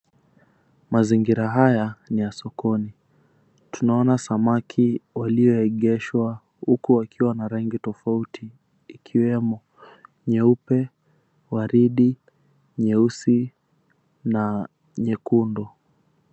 Mazingira haya ni ya sokoni. Tunaona samaki walioegeshwa huku wakiwa na rangi tofauti ikiwemo: nyeupe, waridi, nyeusi na nyekundu.